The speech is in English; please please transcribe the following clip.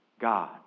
God